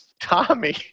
Tommy